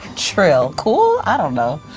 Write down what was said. trill, cool? i don't know,